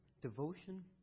devotion